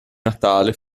natale